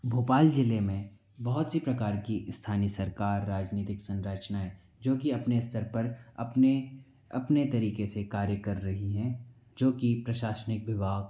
भोपाल जिले में बहुत सी प्रकार की स्थानीय सरकार राजनीतिक संरचनाओं जो कि अपने स्तर पर अपने अपने तरीके से कार्य कर रही हैं जो की प्रशासनिक विभाग